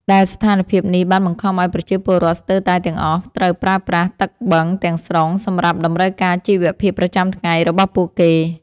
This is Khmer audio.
ដែលស្ថានភាពនេះបានបង្ខំឱ្យប្រជាពលរដ្ឋស្ទើរតែទាំងអស់ត្រូវប្រើប្រាស់ទឹកបឹងទាំងស្រុងសម្រាប់តម្រូវការជីវភាពប្រចាំថ្ងៃរបស់ពួកគេ។